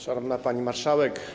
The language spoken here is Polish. Szanowna Pani Marszałek!